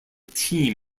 team